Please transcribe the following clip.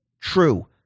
true